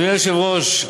אדוני היושב-ראש,